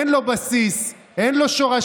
אין לו בסיס, אין לו שורשים.